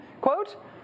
quote